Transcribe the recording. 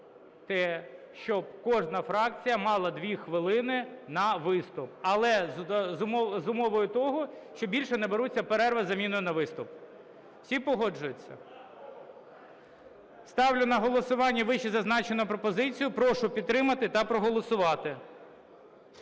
щоб кожна фракція мала 2 хвилини на виступ, але з умовою того, що більше не беруться перерви з заміною на виступ. Всі погоджуються? Ставлю на голосування вищезазначену пропозицію. Прошу підтримати та проголосувати.